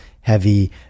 heavy